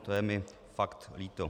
To je mi fakt líto.